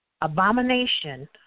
Abomination